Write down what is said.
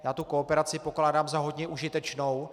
Tuto kooperaci pokládám za hodně užitečnou.